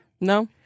No